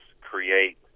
create